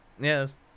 Yes